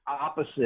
opposite